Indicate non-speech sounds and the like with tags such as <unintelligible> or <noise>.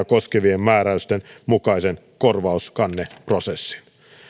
<unintelligible> koskevien määräysten mukaisen korvauskanneprosessin